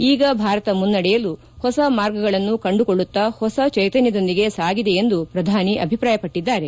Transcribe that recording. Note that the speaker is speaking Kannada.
ಈಗ ಭಾರತ ಮುನ್ನಡೆಯಲು ಹೊಸ ಮಾರ್ಗಗಳನ್ನು ಕಂಡುಕೊಳ್ಳುತ್ತಾ ಹೊಸ ಚೈತನ್ಯದೊಂದಿಗೆ ಸಾಗಿದೆ ಎಂದು ಪ್ರಧಾನಿ ಅಭಿಪ್ರಾಯಪಟ್ಟದ್ದಾರೆ